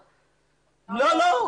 לא, לא.